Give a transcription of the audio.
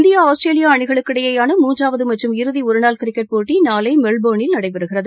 India Australia அணிகளுக்கு இடையேயான மூன்றாவது மற்றும் இறுதி ஒருநாள் கிரிக்கெட் போட்டி நாளை மெல்போனில் நடைபெறுகிறது